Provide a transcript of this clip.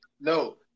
No